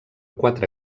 quatre